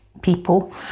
people